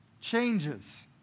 changes